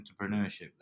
entrepreneurship